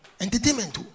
Entertainment